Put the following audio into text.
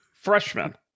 freshman